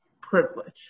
privilege